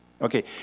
okay